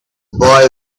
boy